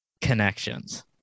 connections